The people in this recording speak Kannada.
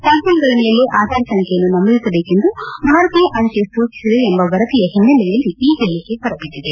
ಪಾರ್ಸೆಲ್ಗಳ ಮೇಲೆ ಆಧಾರ್ ಸಂಬ್ಲೆನ್ನು ನಮೂದಿಸಬೇಕೆಂದು ಭಾರತೀಯ ಅಂಚೆ ಸೂಚಿಸಿದೆ ಎಂಬ ವರದಿಯ ಹಿನ್ನೆಲೆಯಲ್ಲಿ ಈ ಹೇಳಕೆ ಹೊರಬಿದ್ದಿದೆ